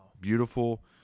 beautiful